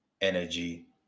energy